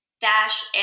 dash